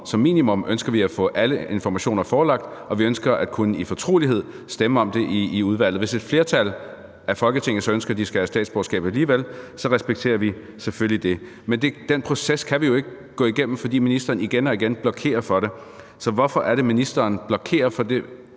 Som minimum ønsker vi at få alle informationer forelagt, og vi ønsker at kunne stemme om det i fortrolighed i udvalget. Hvis et flertal i Folketinget så ønsker, at de skal have statsborgerskab alligevel, så respekterer vi selvfølgelig det. Men den proces kan vi jo ikke gå igennem, fordi ministeren igen og igen blokerer for det. Hvorfor er det, at ministeren blokerer for det